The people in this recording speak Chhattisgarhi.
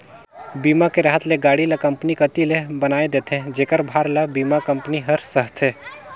बीमा के रहत ले गाड़ी ल कंपनी कति ले बनाये देथे जेखर भार ल बीमा कंपनी हर सहथे